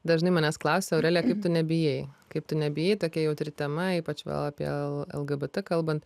dažnai manęs klausia aurelija kaip tu nebijai kaip tu nebijai tokia jautri tema ypač apie lgbt kalbant